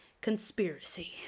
conspiracy